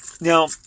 Now